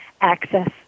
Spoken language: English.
access